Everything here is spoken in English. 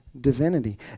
divinity